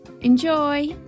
Enjoy